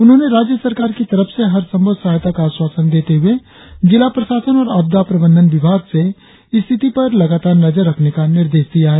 उन्होंने राज्य सरकार की तरफ से हर संभव सहायता का आश्वासन देते हुए जिला प्रशासन और आपदा प्रबंधन विभाग से स्थिति पर लगातार नजर रखने का निर्देश दिया है